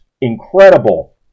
incredible